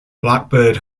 blackbird